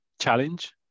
challenge